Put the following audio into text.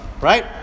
right